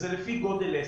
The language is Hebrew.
זה לפי גודל עסק.